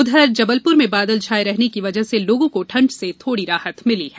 उधर जबलपुर में बादल छाये रहने की वजह से लोगों को ठंड से थोड़ी राहत मिली है